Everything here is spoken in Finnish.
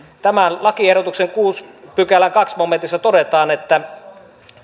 tämän lakiehdotuksen kuudennen pykälän toisessa momentissa todetaan että